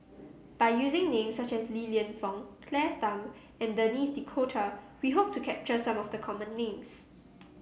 by using names such as Li Lienfung Claire Tham and Denis D'Cotta we hope to capture some of the common names